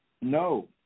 No